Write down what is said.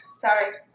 Sorry